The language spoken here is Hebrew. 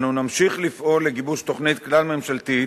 אנו נמשיך לפעול לגיבוש תוכנית כלל-ממשלתית